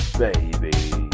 baby